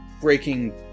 breaking